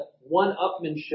one-upmanship